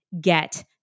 get